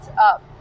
up